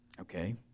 Okay